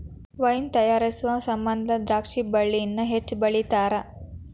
wine ತಯಾರಿಸು ಸಮಂದ ದ್ರಾಕ್ಷಿ ಬಳ್ಳಿನ ಹೆಚ್ಚು ಬೆಳಿತಾರ